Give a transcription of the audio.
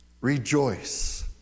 Rejoice